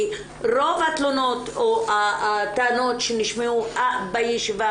כי רוב התלונות או הטענות שנשמעו בישיבה